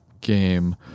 game